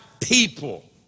people